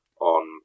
on